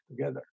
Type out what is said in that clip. together